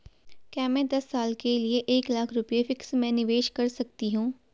क्या मैं दस साल के लिए एक लाख रुपये फिक्स में निवेश कर सकती हूँ?